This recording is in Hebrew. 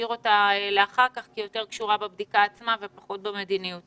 שנשאיר להמשך כי היא יותר קשורה בבדיקה עצמה ופחות במדיניות.